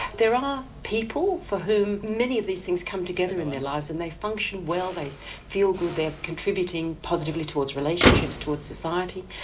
there are people for whom many of these things come together in their lives and they function well and they feel good, they are contributing positively towards relationships, towards society.